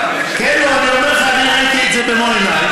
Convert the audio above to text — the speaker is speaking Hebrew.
כן, אני אומר לך, אני ראיתי את זה במו עיניי.